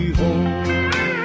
home